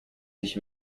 sich